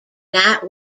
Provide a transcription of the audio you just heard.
night